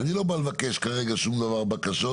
אני לא בא לבקש כרגע שום דבר בקשות,